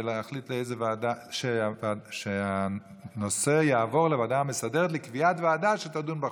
ולהחליט שהנושא יעבור לוועדה המסדרת לקביעת ועדה שתדון בחוק.